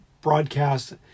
broadcast